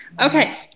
Okay